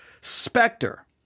specter